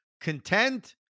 content